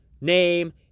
name